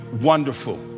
Wonderful